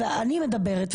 אני מדברת.